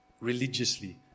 religiously